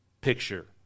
picture